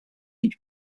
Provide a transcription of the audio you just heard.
each